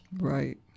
Right